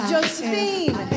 Josephine